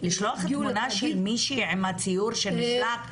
--- לשלוח תמונה של מישהו עם הציור שנשלח,